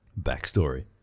Backstory